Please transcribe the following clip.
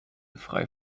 frei